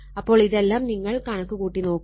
അപ്പോൾ ഇതെല്ലാം നിങ്ങൾ കണക്ക് കൂട്ടി നോക്കുക